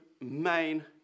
main